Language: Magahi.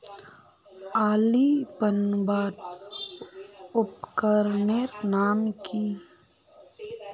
आली बनवार उपकरनेर नाम की?